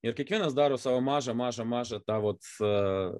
ir kiekvienas daro savo mažą mažą mažą tą vat